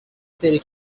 city